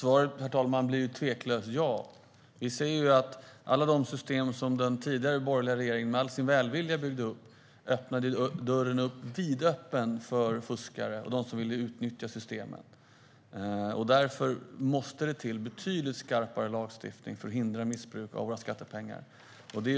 Herr talman! Svaret blir tveklöst ja. Vi ser att alla de system som den tidigare borgerliga regeringen i all sin välvilja byggde upp lämnade dörren vidöppen för fuskare och dem som ville utnyttja systemet. Därför måste det till betydligt skarpare lagstiftning för att hindra missbruk av våra skattepengar.